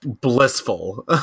blissful